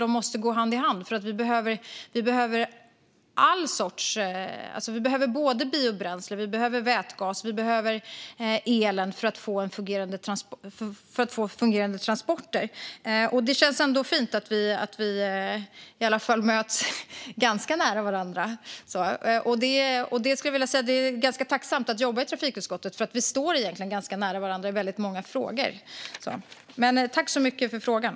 De måste gå hand i hand, för vi behöver både biobränsle, vätgas och el för att få fungerande transporter. Det känns fint att vi i alla fall möts ganska nära varandra. Det är ganska tacksamt att jobba i trafikutskottet, för vi står egentligen ganska nära varandra i väldigt många frågor. Tack så mycket för frågan!